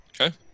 Okay